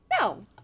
No